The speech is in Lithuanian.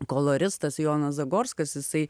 koloristas jonas zagorskas jisai